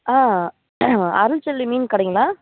ஆ அருள்செல்வி மீன் கடைங்களா